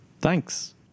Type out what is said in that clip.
thanks